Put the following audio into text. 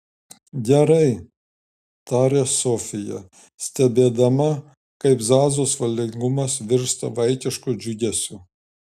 gerai tarė sofija stebėdama kaip zazos valdingumas virsta vaikišku džiugesiu